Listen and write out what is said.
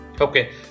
Okay